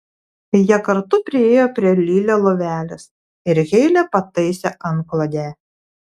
jie kartu priėjo prie lili lovelės ir heilė pataisė antklodę